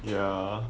ya